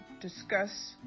discuss